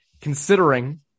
considering